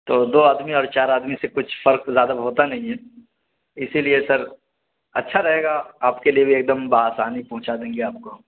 تو دو آدمی اور چار آدمی سے کچھ فرق زیادہ ہوتا نہیں ہے اسی لیے سر اچھا رہے گا آپ کے لیے بھی ایک دم بآسانی پہنچا دیں گے آپ کو